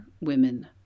women